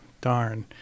darn